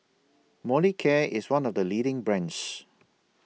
Molicare IS one of The leading brands